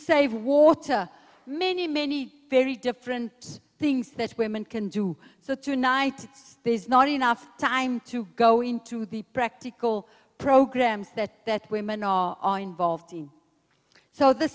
save water many many very different things that women can do so tonight there is not enough time to go into the practical programs that women all are involved in so the